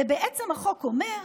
ובעצם החוק אומר: